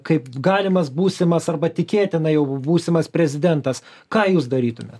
kaip galimas būsimas arba tikėtina jau būsimas prezidentas ką jūs darytumėt